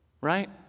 right